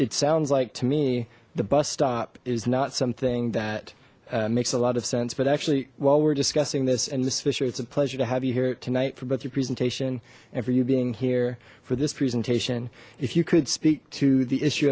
it sounds like to me the bus stop is not something that makes a lot of sense but actually while we're discussing this and this fischer it's a pleasure to have you here tonight for both your presentation and for you being here for this presentation if you could speak to the issue